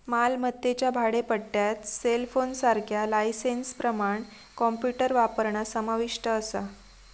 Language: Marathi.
मालमत्तेच्या भाडेपट्ट्यात सेलफोनसारख्या लायसेंसप्रमाण कॉम्प्युटर वापरणा समाविष्ट असा